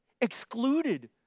excluded